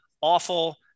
awful